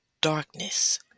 darkness